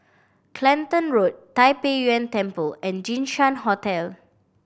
Clacton Road Tai Pei Yuen Temple and Jinshan Hotel